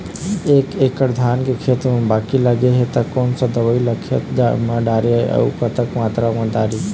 एक एकड़ धान के खेत मा बाकी लगे हे ता कोन सा दवई ला खेत मा डारी अऊ कतक मात्रा मा दारी?